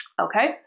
Okay